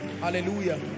Hallelujah